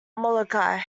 molokai